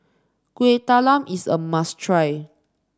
Kueh Talam is a must try